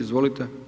Izvolite.